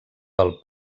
del